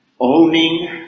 owning